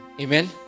Amen